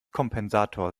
kompensator